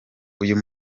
uyu